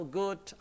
good